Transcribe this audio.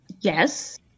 yes